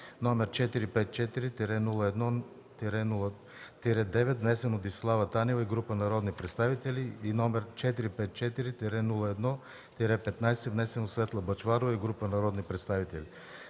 № 454–01–9, внесен от Десислава Танева и група народни представители, и № 454–01–15, внесен от Светла Бъчварова и група народни представители.